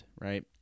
right